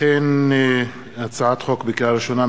לקריאה ראשונה,